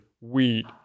wheat